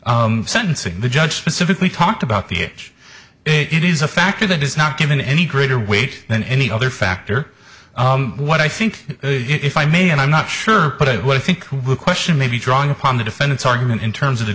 sentencing the judge specifically talked about the age it is a factor that is not given any greater weight than any other factor what i think if i may and i'm not sure but it would think the question may be drawing upon the defendant's argument in terms of